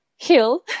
Hill